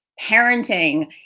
parenting